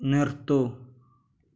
നിർത്തുക